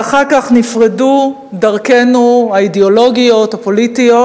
ואחר כך נפרדו דרכינו האידיאולוגיות, הפוליטיות,